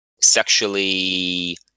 sexually